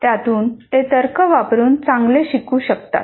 त्यामुळे ते तर्क वापरून चांगले शिकु शकतात